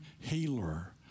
healer